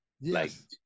Yes